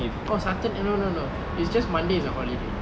oh satur~ no no no it's just monday is a holiday